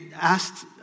asked